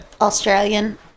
Australian